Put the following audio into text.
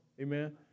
Amen